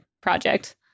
project